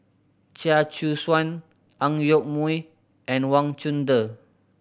Chia Choo Suan Ang Yoke Mooi and Wang Chunde